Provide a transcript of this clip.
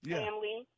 family